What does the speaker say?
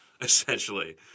essentially